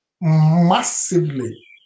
massively